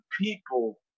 people